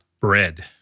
bread